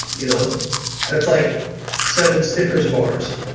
you know that's like seven snickers bars,